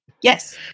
Yes